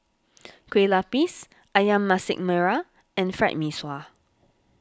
Kueh Lapis Ayam Masak Merah and Fried Mee Sua